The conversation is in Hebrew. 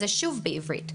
האתר שוב חוזר לשפה העברית,